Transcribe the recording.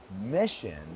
mission